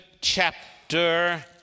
chapter